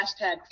hashtag